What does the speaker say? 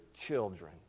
children